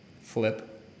Flip